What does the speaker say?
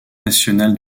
national